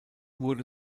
wurde